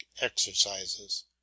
exercises